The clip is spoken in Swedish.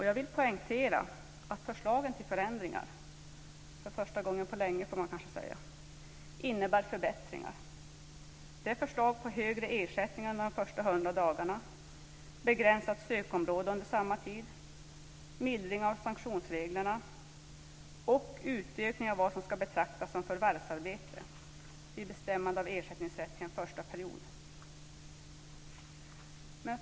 Jag vill poängtera att förslagen till förändringar - för första gången på länge, kan man kanske säga - innebär förbättringar. Det är förslag om högre ersättning de första 100 dagarna, begränsat sökområde under samma tid, mildring av sanktionsreglerna och utökning av vad som ska betraktas som förvärvsarbete vid bestämmande av ersättningsrätt till en första period.